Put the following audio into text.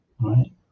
Right